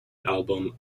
album